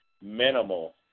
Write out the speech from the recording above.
Minimal